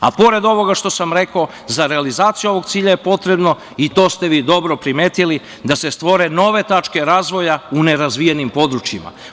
Pored ovoga što sam rekao, za realizaciju ovog cilja je potrebno, i to ste vi dobro primetili, da se stvore nove tačke razvoja u nerazvijenim područjima.